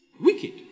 Wicked